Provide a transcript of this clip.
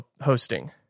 hosting